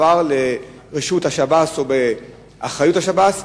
מאז שבית-המעצר עבר לרשות השב"ס או לאחריות השב"ס,